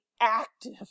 active